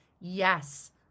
yes